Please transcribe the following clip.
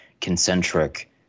concentric